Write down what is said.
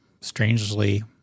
strangely